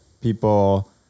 people